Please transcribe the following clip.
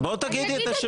--- לא, כי את אומרת לי שאת